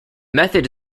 method